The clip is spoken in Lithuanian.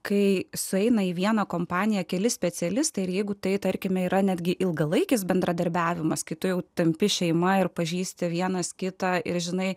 kai sueina į vieną kompaniją keli specialistai ir jeigu tai tarkime yra netgi ilgalaikis bendradarbiavimas kitų tampi šeima ir pažįsti vienas kitą ir žinai